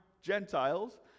Gentiles